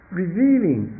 revealing